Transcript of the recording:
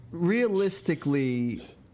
realistically